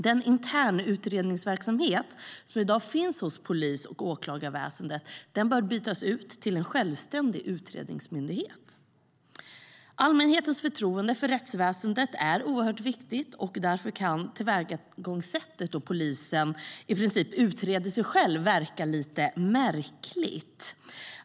Den internutredningsverksamhet som i dag finns i polis och åklagarväsendet bör bytas ut mot en självständig utredningsmyndighet. Allmänhetens förtroende för rättsväsendet är oerhört viktigt, och tillvägagångssättet att polisen i princip utreder sig själv kan verka lite märkligt.